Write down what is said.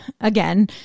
again